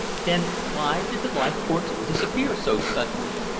then why did the leithcourts disappear so suddenly?